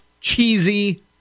cheesy